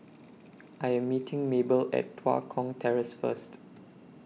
I Am meeting Mabel At Tua Kong Terrace First